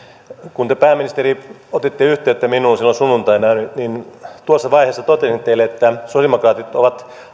kun te pääministeri otitte yhteyttä minuun silloin sunnuntaina niin tuossa vaiheessa totesin teille että sosiaalidemokraatit ovat